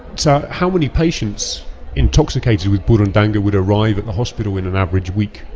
so how many patients intoxicated with burundanga would arrive at the hospital in an average week?